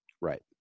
Right